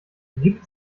gibt